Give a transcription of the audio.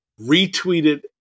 retweeted